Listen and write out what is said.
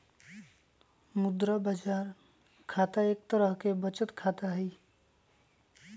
मुद्रा बाजार खाता एक तरह के बचत खाता हई